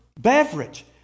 beverage